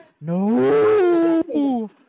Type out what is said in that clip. No